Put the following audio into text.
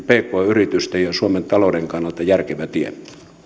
pk yritysten ja suomen talouden kannalta järkevä tie